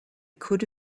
could